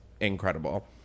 incredible